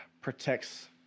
protects